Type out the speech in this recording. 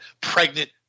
Pregnant